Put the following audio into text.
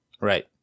Right